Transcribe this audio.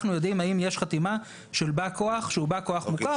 אנחנו יודעים האם יש חתימה של בא כוח שהוא בא כוח מוכר